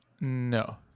No